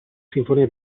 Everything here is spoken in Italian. sinfonia